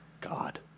God